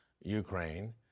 Ukraine